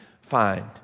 find